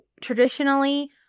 traditionally